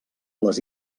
les